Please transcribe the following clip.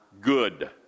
good